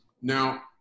now